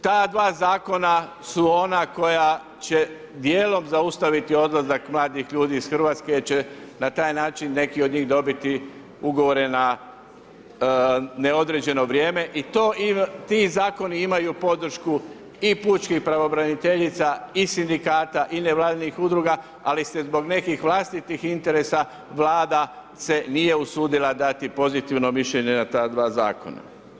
Ta dva zakona su ona koja će dijelom zaustaviti odlazak mladih ljudi iz Hrvatske će na taj način neki od n jih dobiti ugovore na neodređeno vrijeme i ti zakoni imaju podršku i pučkih pravobraniteljica i sindikata i nevladinih udruga, ali se zbog nekih vlastitih interesa Vlada se nije usudila dati pozitivno mišljenje na ta dva zakona.